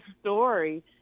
story